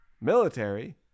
Military